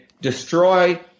destroy